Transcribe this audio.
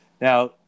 Now